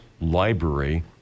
library